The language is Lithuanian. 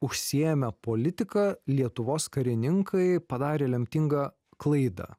užsiėmę politika lietuvos karininkai padarė lemtingą klaidą